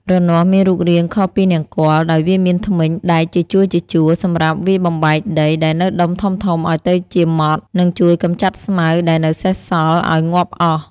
រនាស់មានរូបរាងខុសពីនង្គ័ល ដោយវាមានធ្មេញដែកជាជួរៗសម្រាប់វាយបំបែកដីដែលនៅដុំធំៗឱ្យទៅជាម៉ដ្ត និងជួយកម្ចាត់ស្មៅដែលនៅសេសសល់ឱ្យងាប់អស់។